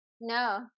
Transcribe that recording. No